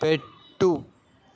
పెట్టు